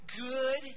good